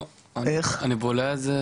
לא, אני בולע את זה.